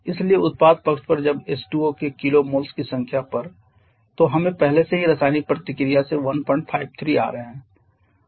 इसलिए उत्पाद पक्ष पर तब H2O के kmols की संख्या पर तो हम पहले से ही रासायनिक प्रतिक्रिया से 153 आ रहे थे